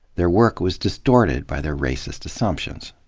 their work was distorted by their racist assumptions.